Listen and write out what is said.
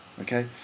Okay